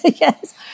yes